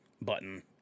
button